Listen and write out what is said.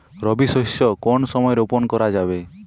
রবি শস্য কোন সময় রোপন করা যাবে?